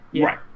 Right